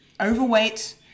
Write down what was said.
overweight